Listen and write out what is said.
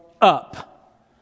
up